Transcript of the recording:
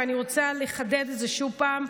ואני רוצה לחדד את זה עוד פעם,